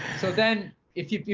so then if you, if you,